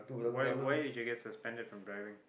why why did you get suspended from driving